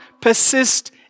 persist